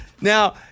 Now